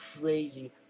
crazy